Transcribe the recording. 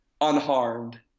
unharmed